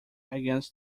against